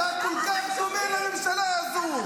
אתה כל כך דומה לממשלה הזו.